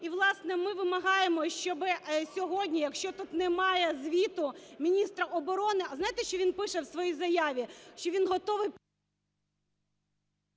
І, власне, ми вимагаємо, щоб сьогодні, якщо тут немає звіту міністра оборони… А знаєте, що він пише у своїй заяві? Що він готовий…